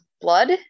blood